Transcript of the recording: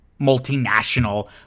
multinational